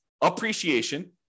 appreciation